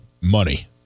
money